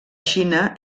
xina